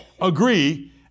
agree